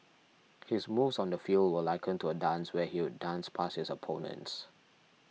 his moves on the field were likened to a dance where he'd dance past his opponents